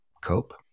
cope